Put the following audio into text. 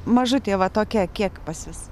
mažutė va tokia kiek pas jus